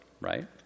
right